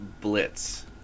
Blitz